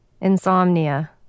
insomnia